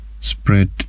spread